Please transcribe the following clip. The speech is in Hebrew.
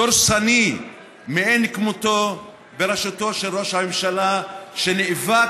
דורסני מאין כמותו בראשותו של ראש הממשלה שנאבק